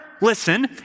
listen